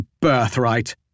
birthright